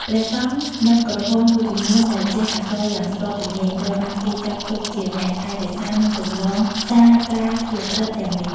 ព្រះសង្ឃ និងគ្រហស្ថមួយចំនួនដែលចេះអក្សរយ៉ាងស្ទាត់ជំនាញ ត្រូវបានគេចាត់ទុកជាអ្នកថែរក្សា និងចម្លងសាត្រាស្លឹករឹតទាំងនេះ។